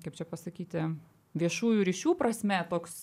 kaip čia pasakyti viešųjų ryšių prasme toks